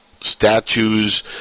statues